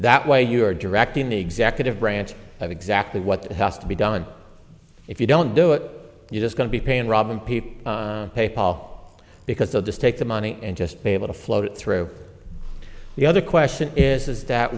that way you are directing the executive branch of exactly what has to be done if you don't do it you're just going to be paying robin people pay paul because they'll just take the money and just be able to float through the other question is that